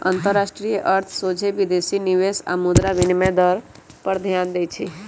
अंतरराष्ट्रीय अर्थ सोझे विदेशी निवेश आऽ मुद्रा विनिमय दर पर ध्यान देइ छै